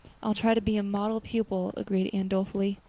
i'll try to be a model pupil, agreed anne dolefully.